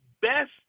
best